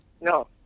No